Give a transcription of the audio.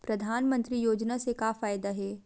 परधानमंतरी योजना से का फ़ायदा हे?